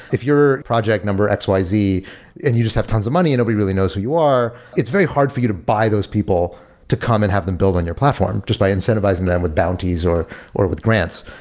if your project number x, y, z and you just have tons of money and nobody really knows who you are, it's very hard for you to buy those people to come and have them build on your platform just by incentivizing them with bounties or or with grants.